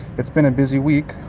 it's been a busy week.